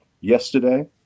yesterday